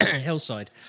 hillside